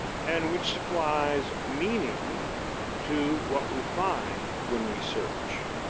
and which supplies meaning to what we find when we search.